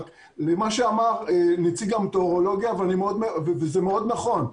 בהתייחס לדבריו של נציג השירות המטאורולוגי וזה מאוד נכון.